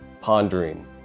Pondering